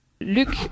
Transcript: Luc